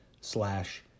slash